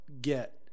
get